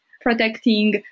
protecting